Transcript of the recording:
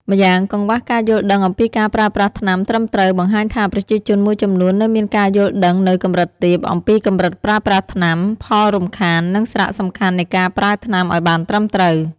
ម្យ៉ាងកង្វះការយល់ដឹងអំពីការប្រើប្រាស់ថ្នាំត្រឹមត្រូវ បង្ហាញថាប្រជាជនមួយចំនួននៅមានការយល់ដឹងនៅកម្រិតទាបអំពីកម្រិតប្រើប្រាស់ថ្នាំ ផលរំខាន និងសារៈសំខាន់នៃការប្រើថ្នាំឱ្យបានត្រឹមត្រូវ ។